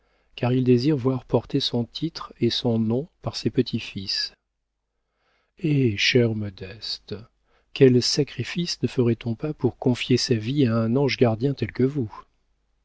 car il désire voir porter son titre et son nom par ses petits-fils eh chère modeste quels sacrifices ne ferait-on pas pour confier sa vie à un ange gardien tel que vous